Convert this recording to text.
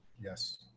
Yes